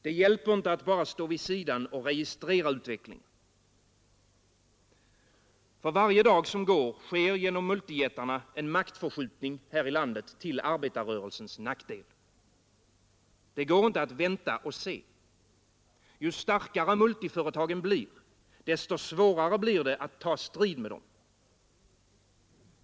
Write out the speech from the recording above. Det hjälper inte att bara stå vid sidan och registrera utvecklingen. För varje dag som går sker genom multijättarna en maktförskjutning här i landet till arbetarrörelsens nackdel. Det går inte att vänta och se. Ju starkare multiföretagen blir, desto svårare blir det att ta strid med dem.